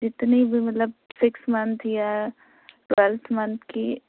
جتنی بھی مطلب سکس منتھ یا ٹویلتھ منتھ کی